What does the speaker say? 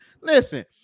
Listen